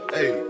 Hey